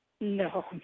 no